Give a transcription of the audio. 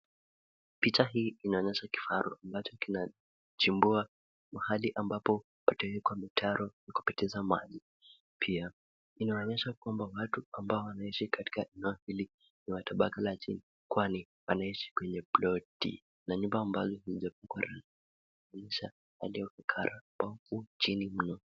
Picha hii inaonyesha kifaru ambacho kinachimbua mahali ambapo patawekwa mitaro ya kupitisha maji. Pia, inaonyesha kwamba watu ambao wanaishi katika eneo hili ni watu wa tabaka la chini, kwani wanaishi kwenye ploti na nyumba ambazo hazijapangwa vizuri na zinaonyesha hali ya ukara iliyo chini mno.